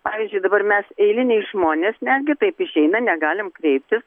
pavyzdžiui dabar mes eiliniai žmonės netgi taip išeina negalim kreiptis